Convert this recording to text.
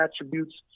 attributes